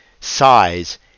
size